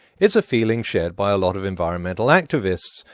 it's a feeling shared by a lot of environmental activists,